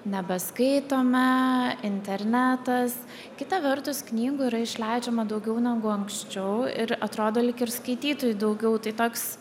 nebeskaitome internetas kita vertus knygų yra išleidžiama daugiau negu anksčiau ir atrodo lyg ir skaitytojų daugiau tai toks